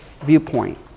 viewpoint